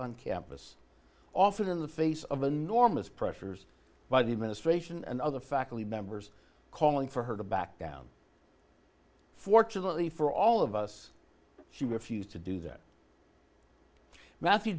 on campus often in the face of enormous pressures by the administration and other faculty members calling for her to back down fortunately for all of us she refused to do that matthew